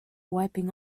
wiping